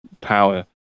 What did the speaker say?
power